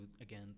again